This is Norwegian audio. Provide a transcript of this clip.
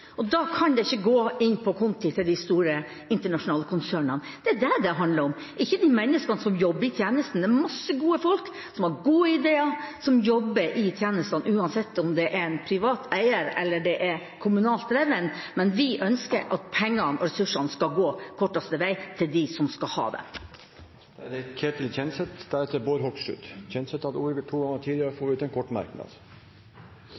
er det det handler om, ikke om de menneskene som jobber i tjenesten. Det er mange gode folk som har gode ideer, som jobber i disse tjenestene, uansett om det er en privat eier, eller om det er kommunalt drevet. Men vi ønsker at pengene og ressursene skal gå den korteste veien til de som skal ha tjenestene. Representanten Ketil Kjenseth har hatt ordet to ganger tidligere og får ordet til en kort merknad,